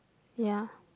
ya